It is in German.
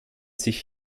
sich